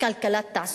וכלכלת תעסוקה.